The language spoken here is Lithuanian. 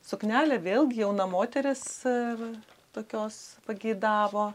suknelę vėlgi jauna moteris tokios pageidavo